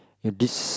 you know this